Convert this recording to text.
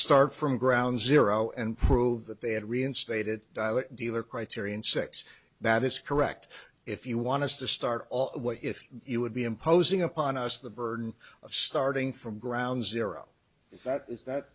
start from ground zero and prove that they had reinstated dilate dealer criterion six that is correct if you want to start what if you would be imposing upon us the burden of starting from ground zero if that is that